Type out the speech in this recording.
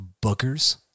Booker's